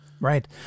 Right